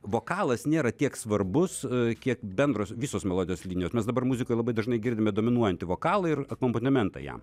vokalas nėra tiek svarbus kiek bendros visos melodijos linijos mes dabar muzikoj labai dažnai girdime dominuojantį vokalą ir akompanimentą jam